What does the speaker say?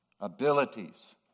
abilities